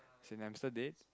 is the hamster dead